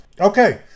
okay